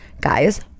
guys